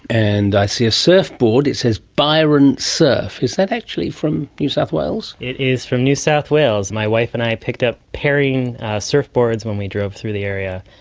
and i see a surfboard. it says byron surf. is that actually from new south wales? it is from new south wales. my wife and i picked up pairing surfboards when we drove through the area,